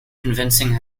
convincing